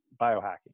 biohacking